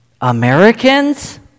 Americans